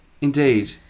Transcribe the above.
indeed